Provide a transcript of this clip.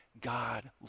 God